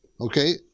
okay